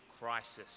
crisis